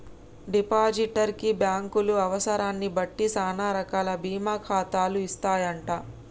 depositor కి బ్యాంకులు అవసరాన్ని బట్టి సానా రకాల బీమా ఖాతాలు ఇస్తాయంట